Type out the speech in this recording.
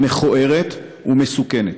מכוערת ומסוכנת.